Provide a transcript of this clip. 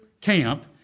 camp